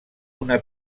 una